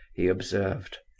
he observed.